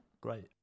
Great